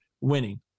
winning